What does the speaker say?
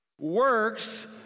works